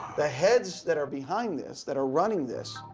the heads that are behind this that are running this,